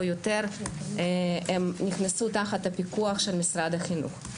יותר הם נכנסו תחת הפיקוח של משרד החינוך.